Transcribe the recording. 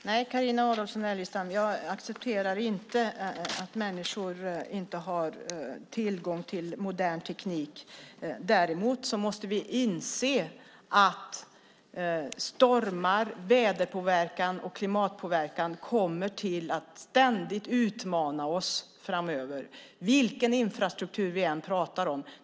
Herr talman! Nej, jag accepterar inte att människor inte har tillgång till modern teknik. Däremot måste vi inse att stormar, väderpåverkan och klimatpåverkan kommer att ständigt utmana oss framöver, vilken infrastruktur vi än pratar om.